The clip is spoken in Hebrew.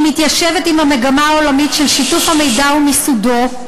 היא מתיישבת עם המגמה העולמית של שיתוף המידע ומיסודו,